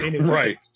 Right